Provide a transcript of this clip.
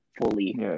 fully